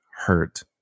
hurt